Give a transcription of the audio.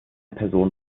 person